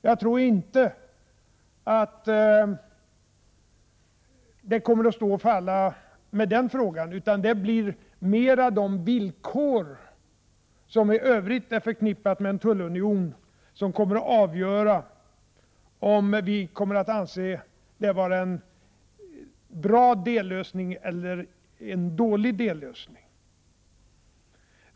Jag tror inte att det kommer att stå och falla med den frågan — det blir snarare de villkor som i övrigt är förknippade med en tullunion som kommer att avgöra om vi kommer att anse det vara en bra dellösning eller en dålig dellösning.